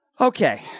Okay